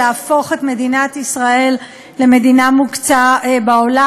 להפוך את מדינת ישראל למדינה מוקצה בעולם.